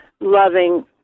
loving